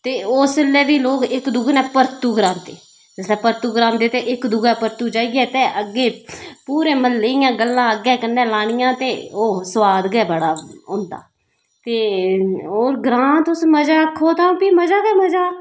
ते उसलै बी लोग इक दूए नै परतु करांदे जिसलै परतु करांदे ते इक दूए परतु जाइयै ते अग्गें पूरे म्हल्ले इयां गल्लां अग्गें कन्नै लानियां ते ओह् सोआद गै बड़ा होंदा ते होर ग्रांऽ तुस मजा आक्खो तां फ्ही मजा गै मजा